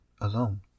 alone